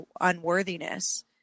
unworthiness